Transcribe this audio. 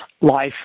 life